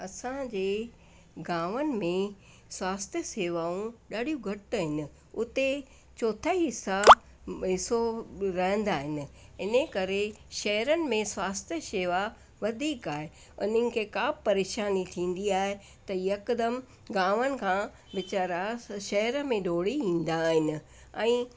असांजे गांवनि में स्वास्थ्य सेवाऊं ॾाढियूं घटि आहिनि उते चोथाई हिसा हिसो रहंदा आहिनि इनकरे शहरनि में स्वास्थ्य शेवा वधीक आहे उन्हनि खे का बि परेशानी थींदी आहे त यकदमि गांवनि खां वीचारा शहर में दौड़ी ईंदा आहिनि ऐं